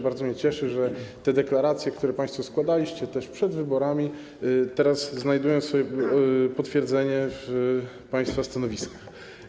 Bardzo mnie cieszy, że te deklaracje, które państwo składaliście też przed wyborami, teraz znajdują swoje potwierdzenie w państwa stanowiskach.